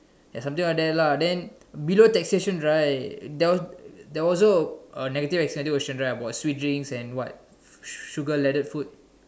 ya something like that lah then below taxation right there was there was also a negative extended right about sweet drinks and what sugar loaded food